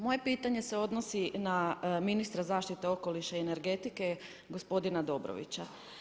Moje pitanje se odnosi na ministra zaštite okoliša i energetike gospodina Dobrovića.